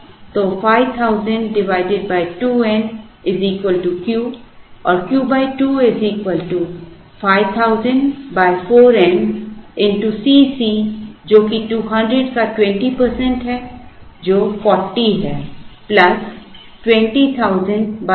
तो 5000 2n Q और Q 2 5000 4n गुना Cc जो कि 200 का 20 प्रतिशत है जो 40 है प्लस 20000 8n